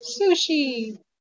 Sushi